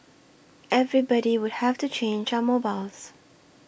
everybody would have to change our mobiles